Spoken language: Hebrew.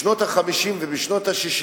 בשנות ה-50 ובשנות ה-60